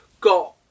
got